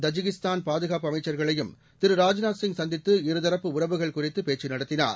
Tajikistan பாதுகாப்பு அமைச்சர்களையும் திரு ராஜ்நாத்சிங் சந்தித்து இருதரப்பு உறவுகள் குறித்து பேச்சு நடத்தினார்